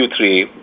Q3